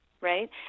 Right